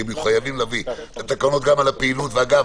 כי הם יהיו חייבים להביא את התקנות גם על הפעילות ואגב,